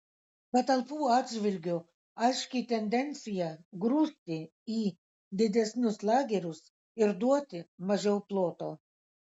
patalpų atžvilgiu aiški tendencija grūsti į didesnius lagerius ir duoti mažiau ploto